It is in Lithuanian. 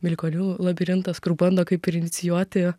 milikonių labirintas kur bando kaip ir inicijuoti